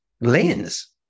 lens